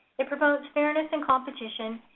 it promotes fairness and competition,